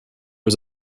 was